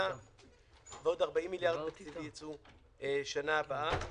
ועוד 40 מיליארד תקציבי ייצאו שנה הבאה.